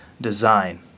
design